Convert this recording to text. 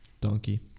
Donkey